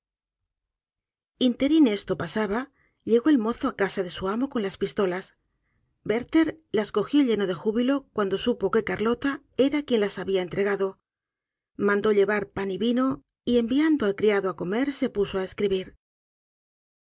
ínterin esto pasaba llegó el mozo á casa de su am con las pistola werther las cogió lleno de júbilo cuando supo que carlota era quien las había entregada mandó llevar pan y vino y enviando al criado á comer sé puso á escribir